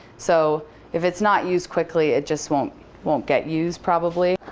so if it's not used quickly, it just won't won't get used, probably.